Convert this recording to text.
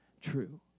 true